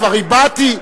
כבר הבעתי,